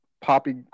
Poppy